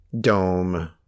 dome